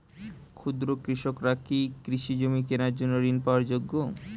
ক্ষুদ্র কৃষকরা কি কৃষিজমি কেনার জন্য ঋণ পাওয়ার যোগ্য?